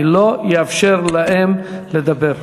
אני לא אאפשר להם לדבר.